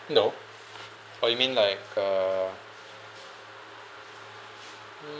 no oh you mean like uh